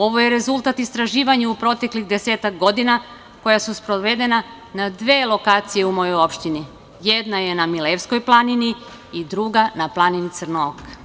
Ovo je rezultat istraživanja u proteklih desetak godina koja su sprovedena na dve lokacije u mojoj opštini, jedna je na Milevskoj planini i druga na planini Crnook.